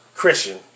Christian